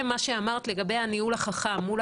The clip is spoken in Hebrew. בניהול החכם של